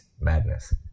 Madness